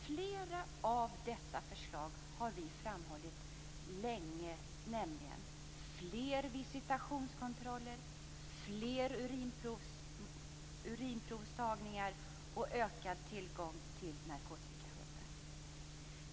Flera av dessa förslag har vi länge framhållit, nämligen fler visitationskontroller, fler urinprovstagningar och ökad tillgång till narkotikahundar.